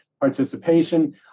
participation